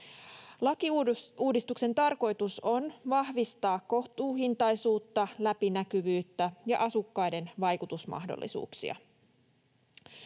Lakiuudistuksen tarkoitus on vahvistaa kohtuuhintaisuutta, läpinäkyvyyttä ja asukkaiden vaikutusmahdollisuuksia.